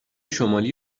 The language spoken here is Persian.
شمالی